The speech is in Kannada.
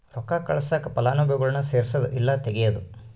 ರೊಕ್ಕ ಕಳ್ಸಾಕ ಫಲಾನುಭವಿಗುಳ್ನ ಸೇರ್ಸದು ಇಲ್ಲಾ ತೆಗೇದು